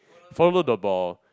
follow the ball